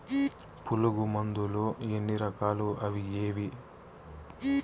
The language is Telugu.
పులుగు మందులు ఎన్ని రకాలు అవి ఏవి?